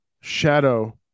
shadow